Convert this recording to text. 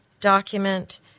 document